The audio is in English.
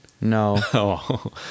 No